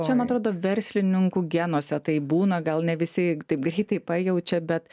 čia man atrodo verslininkų genuose tai būna gal ne visi taip greitai pajaučia bet